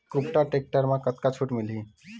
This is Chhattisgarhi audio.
कुबटा टेक्टर म कतका छूट मिलही?